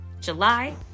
July